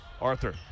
Arthur